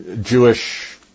Jewish